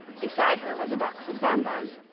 beside her was a box of bonbons,